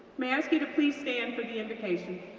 may i ask you to please stand for the invocation?